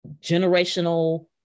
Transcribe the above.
generational